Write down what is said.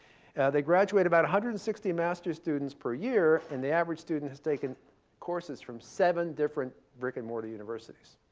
they graduate about one hundred and sixty master's students per year, and the average student has taken courses from seven different brick and mortar universities,